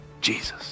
Jesus